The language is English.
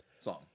song